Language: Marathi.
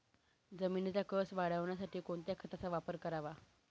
जमिनीचा कसं वाढवण्यासाठी कोणत्या खताचा वापर करावा?